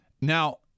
Now